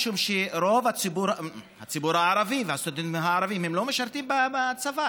משום שרוב הציבור הערבי והסטודנטים הערבים לא משרתים בצבא.